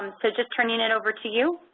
um so, just turning it over to you.